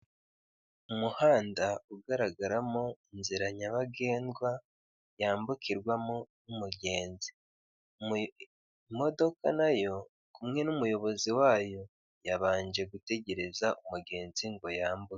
Umuhanda ugaragaramo inzira nyabagendwa yambukirwamo n'umugenzi, imodoka nayo kumwe n'umuyobozi wayo yabanje gutegereza umugenzi ngo yambuke.